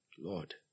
Lord